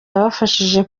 yabafashije